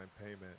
payment